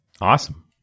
Awesome